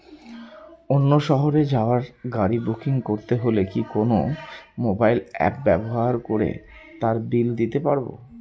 অন্য শহরে যাওয়ার গাড়ী বুকিং করতে হলে কি কোনো মোবাইল অ্যাপ ব্যবহার করে তার বিল দিতে পারব?